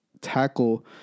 tackle